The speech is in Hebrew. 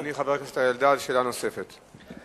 שאלה נוספת לחבר הכנסת אלדד.